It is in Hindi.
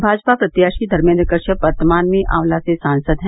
भाजपा प्रत्याशी धर्मेन्द्र कश्यप वर्तमान में आंवला से सांसद है